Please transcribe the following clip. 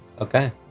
Okay